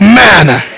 manner